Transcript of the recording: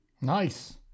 Nice